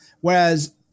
Whereas